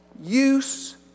use